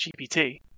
GPT